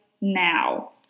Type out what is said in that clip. now